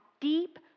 deep